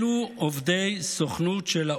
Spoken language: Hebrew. אלו עובדי סוכנות של האו"ם.